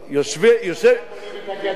עכשיו בונים את הגדר,